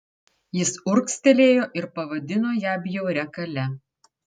jis urgztelėjo ir pavadino ją bjauria kale